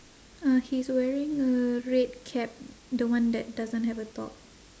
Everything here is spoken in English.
uh he's wearing a red cap the one that doesn't have a top